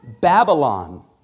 Babylon